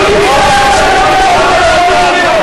והיא תצטרך לשלם תשלומי הורים,